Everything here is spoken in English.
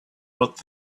what